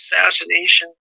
assassination